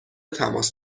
تماس